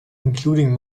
including